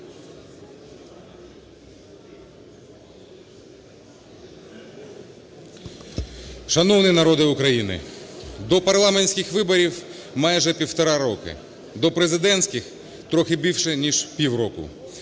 Шановний народе України, до парламентських виборів майже півтора роки, до президентських – трохи більше ніж півроку.